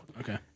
Okay